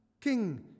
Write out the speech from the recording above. king